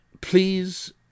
please